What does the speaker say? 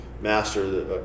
Master